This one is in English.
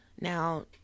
Now